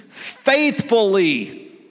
faithfully